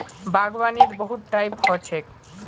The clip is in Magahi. बागवानीर बहुत टाइप ह छेक